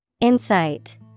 Insight